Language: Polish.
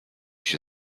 się